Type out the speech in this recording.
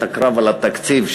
את הקרב על התקציב,